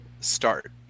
start